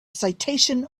citation